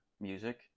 music